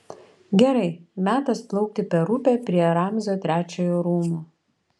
gerai metas plaukti per upę prie ramzio trečiojo rūmų